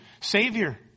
savior